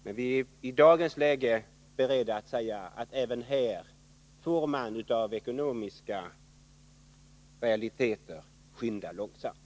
Men vi är i dagens läge beredda att säga att även när det gäller den får man på grund av ekonomiska realiteter skynda långsamt.